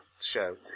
show